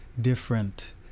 different